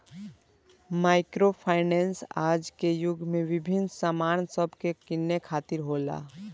micro finance आज के युग में विभिन्न सामान सब के किने खातिर होता